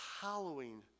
hallowing